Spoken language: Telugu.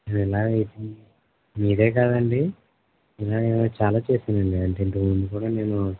మీదే కదా అండి ఇలాంటివి చాలా చేశానండి అంటే ఇంతకుముందు కూడా నేను